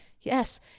Yes